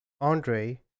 Andre